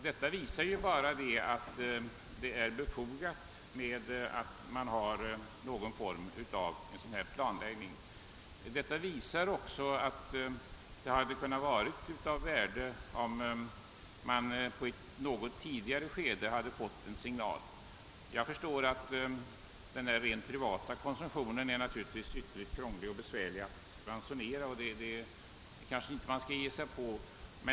Detta visar att det är befogat med någon form av planläggning. Det hade därför varit av värde om en signal beträffande situationen hade givits på ett något tidigare stadium. Jag förstår att det är krångligt att ransonera den privata konsumtionen, och det kanske man inte kan ge sig på.